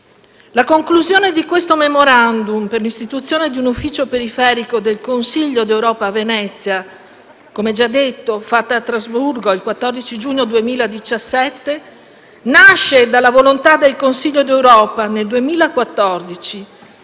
La conclusione di questo Memorandum d'intesa per l'istituzione di un ufficio periferico del Consiglio d'Europa a Venezia, fatto a Strasburgo il 14 giugno 2017, nasce dalla volontà del Consiglio d'Europa nel 2014